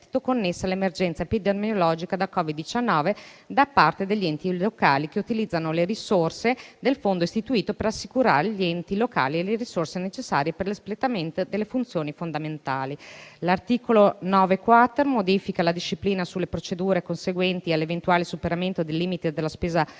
connessa all'emergenza epidemiologica da Covid-19 da parte degli enti locali che utilizzano le risorse del Fondo istituito per assicurare agli enti locali le risorse necessarie per l'espletamento delle funzioni fondamentali. L'articolo 9-*quater* modifica la disciplina sulle procedure conseguenti all'eventuale superamento del limite della spesa farmaceutica